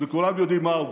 וכולם יודעים מהו,